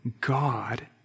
God